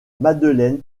madeleine